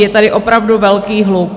Je tady opravdu velký hluk.